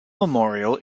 memorial